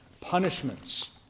punishments